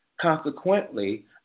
Consequently